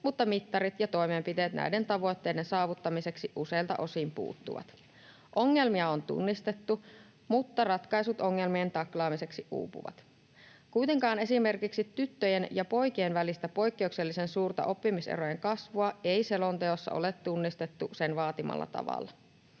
mutta mittarit ja toimenpiteet näiden tavoitteiden saavuttamiseksi useilta osin puuttuvat. Ongelmia on tunnistettu, mutta ratkaisut ongelmien taklaamiseksi uupuvat. Kuitenkaan esimerkiksi tyttöjen ja poikien välistä poikkeuksellisen suurta oppimiserojen kasvua ei selonteossa ole tunnistettu sen vaatimalla tavalla.